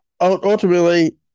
ultimately